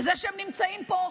וזה שהם נמצאים פה,